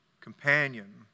companion